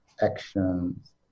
actions